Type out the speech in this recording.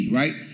right